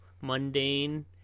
mundane